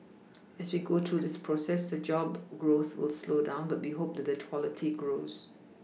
as we go through this process the job growth will slow down but we hope that the quality grows